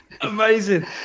Amazing